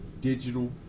digital